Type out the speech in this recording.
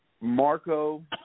Marco